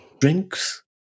drinks